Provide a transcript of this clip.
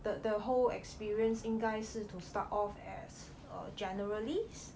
the the whole experience 应该是 to start off as err generalist